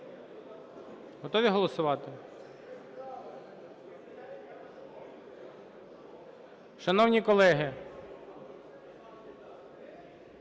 Готові голосувати? Шановні колеги,